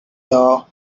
door